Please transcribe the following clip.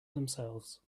themselves